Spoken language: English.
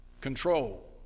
control